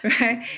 right